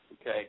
Okay